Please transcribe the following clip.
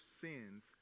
sins